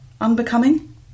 Unbecoming